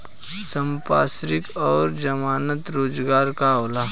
संपार्श्विक और जमानत रोजगार का होला?